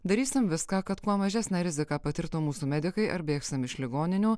darysim viską kad kuo mažesnę riziką patirtų mūsų medikai ar bėgsim iš ligoninių